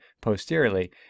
posteriorly